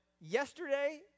yesterday